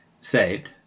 saved